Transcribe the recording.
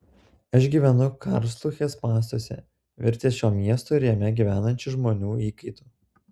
aš gyvenu karlsrūhės spąstuose virtęs šio miesto ir jame gyvenančių žmonių įkaitu